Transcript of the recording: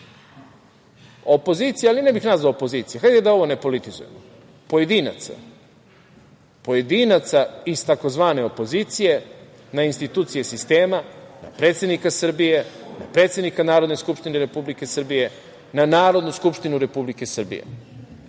opozicije, ali ih ne bih nazvao opozicije, hajde da ovo ne politizujemo, pojedinaca iz tzv. opozicije na institucije sistema, na predsednika Srbije, na predsednika Narodne skupštine Republike Srbije, na Narodnu skupštinu Republike